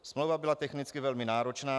Smlouva byla technicky velmi náročná.